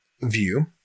view